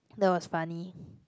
that was funny